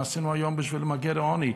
מה עשינו היום בשביל למגר את העוני?